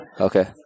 okay